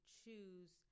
choose